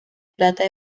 plata